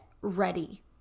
ready